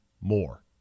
more